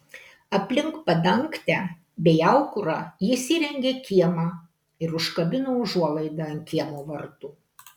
aplink padangtę bei aukurą jis įrengė kiemą ir užkabino užuolaidą ant kiemo vartų